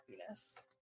happiness